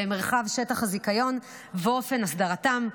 במרחב שטח הזיכיון ואופן הסדרתם,